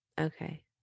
Okay